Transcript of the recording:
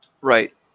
Right